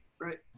Right